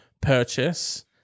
purchase